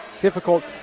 difficult